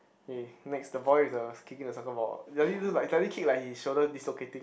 eh next the boy with the kicking the soccer ball does he look like does he kick like his shoulder dislocating